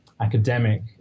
academic